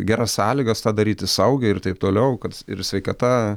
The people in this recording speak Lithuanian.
geras sąlygas tą daryti saugiai ir taip toliau kad ir sveikata